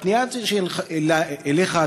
הפנייה אליך,